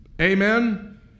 Amen